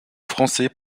français